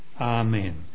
Amen